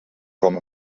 com